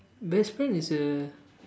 Brisbane is a